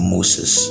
Moses